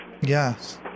Yes